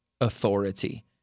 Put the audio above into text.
authority